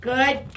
Good